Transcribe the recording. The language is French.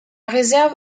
réserve